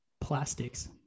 plastics